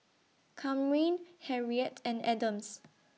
Kamryn Harriett and Adams